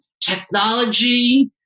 technology